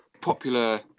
popular